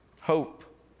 hope